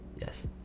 Yes